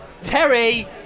Terry